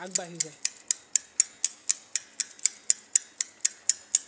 আগবাঢ়ি যায়